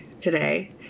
today